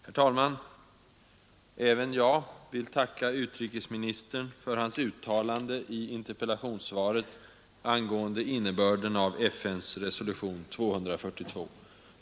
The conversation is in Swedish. Herr talman! Även jag vill tacka utrikesministern för hans uttalande angående innebörden av FN:s resolution 242.